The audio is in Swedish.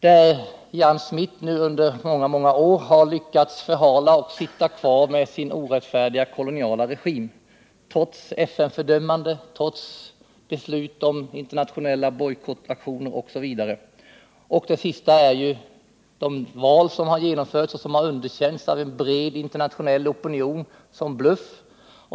Ian Smith har där under många år lyckats förhala utvecklingen och sitta kvar med sin orättfärdiga koloniala regim, trots FN:s fördömande, trots beslut om internationella bojkottaktioner osv. Vad som senast har hänt är ju det val som har genomförts och som har underkänts av en bred internationell opinion som bluff.